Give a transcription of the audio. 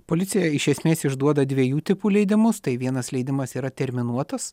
policija iš esmės išduoda dviejų tipų leidimus tai vienas leidimas yra terminuotas